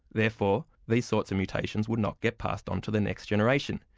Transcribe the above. therefore these sorts of mutations would not get passed on to the next generation.